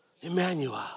Emmanuel